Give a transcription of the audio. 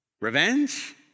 revenge